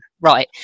right